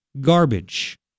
Garbage